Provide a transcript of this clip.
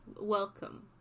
welcome